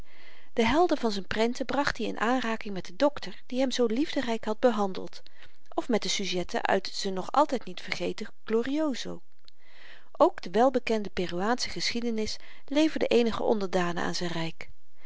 de helden van z'n prenten bracht i in aanraking met den dokter die hem zoo liefderyk had behandeld of met de sujetten uit z'n nog altyd niet vergeten glorioso ook de welbekende peruaansche geschiedenis leverde eenige onderdanen aan z'n ryk